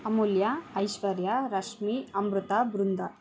Amulya Aishwarya Rashmi Amrita Brinda